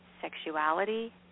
sexuality